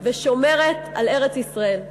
ושומרת על ארץ-ישראל.